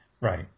Right